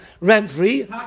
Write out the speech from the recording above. rent-free